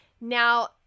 Now